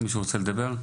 מישהו רוצה לדבר?